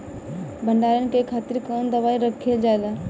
भंडारन के खातीर कौन दवाई रखल जाला?